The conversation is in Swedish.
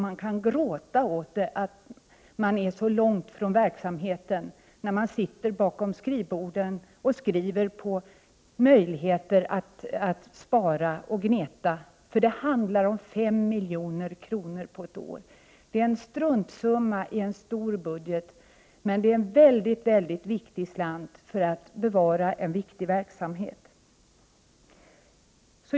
Man kan gråta åt att de som sitter bakom sina skrivbord och skriver om möjligheter att spara och gneta är så långt ifrån verkligheten. Här handlar det om 5 milj.kr. på ett år. Det är en struntsumma i den stora budgeten, men det är väldigt viktiga pengar för att bevara en angelägen verksamhet.